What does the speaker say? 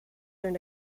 their